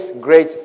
great